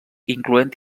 incloent